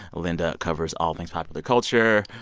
linda covers all things popular culture.